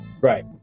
Right